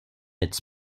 its